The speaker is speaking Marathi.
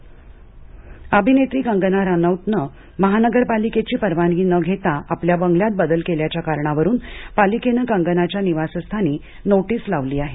कंगना अभिनेत्री कंगना राणावतनं महानगरपालिकेची परवानगी न घेता आपल्या बंगल्यात बदल केल्याच्या कारणावरून पालिकेनं कंगनाच्या निवासस्थानी नोटीस लावली आहे